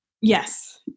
Yes